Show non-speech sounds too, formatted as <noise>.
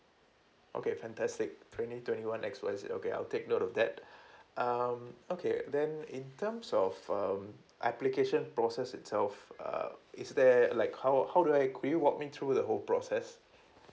okay fantastic twenty twenty one X Y Z okay I'll take note of that <breath> um okay then in terms of um application process itself uh is there like how how do I could you walk me through the whole process